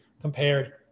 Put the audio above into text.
compared